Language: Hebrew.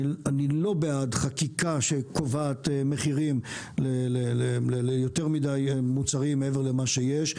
אני לא בעד חקיקה שקובעת מחירים ליותר מדי מוצרים מעבר למה שיש,